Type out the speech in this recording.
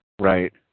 Right